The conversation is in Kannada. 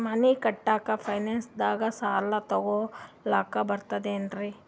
ಮನಿ ಕಟ್ಲಕ್ಕ ಫೈನಾನ್ಸ್ ದಾಗ ಸಾಲ ತೊಗೊಲಕ ಬರ್ತದೇನ್ರಿ?